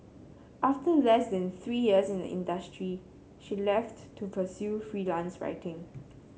after less than three years in the industry she left to pursue freelance writing